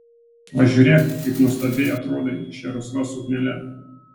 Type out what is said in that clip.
pažiūrėk kaip nuostabiai atrodei šia rusva suknele